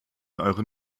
euren